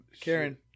Karen